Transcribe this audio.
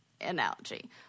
analogy